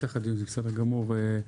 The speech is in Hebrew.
בסדר גמור.